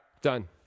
Done